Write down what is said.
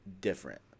different